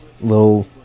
little